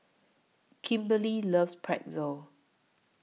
Kimberly loves Pretzel